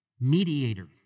mediator